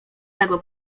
mego